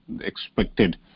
expected